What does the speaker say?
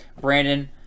Brandon